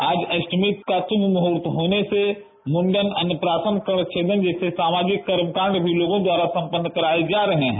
आज अष्टमी का शुम मूहर्त होने से मुण्डन अन्यप्रासन कर्णछेदन जैसे सामाजिक कर्मकाष्ड भी लोगों द्वारा सम्पन्न कराए जा रहे हैं